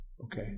Okay